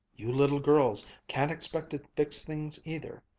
you little girls can't expect to fix things either.